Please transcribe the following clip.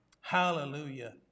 hallelujah